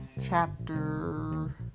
chapter